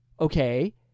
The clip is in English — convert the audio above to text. Okay